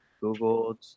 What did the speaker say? google